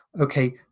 okay